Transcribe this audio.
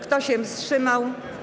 Kto się wstrzymał?